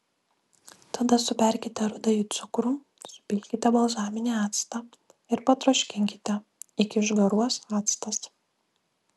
tada suberkite rudąjį cukrų supilkite balzaminį actą ir patroškinkite iki išgaruos actas